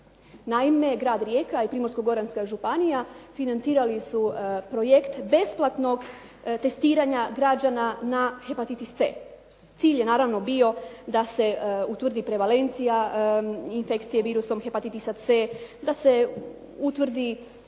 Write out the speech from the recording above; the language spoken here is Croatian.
Naime, Grad Rijeka i Primorsko-goranska županija financirali su projekt besplatnog testiranja građana na hepatitis c. Cilj je naravno bio da se utvrdi prevalencija infekcije virusom hepatitisa c, da se utvrdi